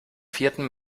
vierten